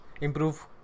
improve